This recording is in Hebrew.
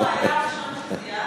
האם הוא היה הראשון שזיהה?